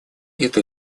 эта